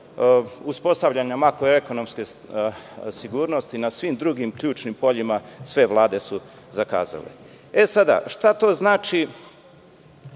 uspostavljanja makro-ekonomske sigurnosti, na svim drugim ključnim poljima sve vlade su zakazale. Šta to znači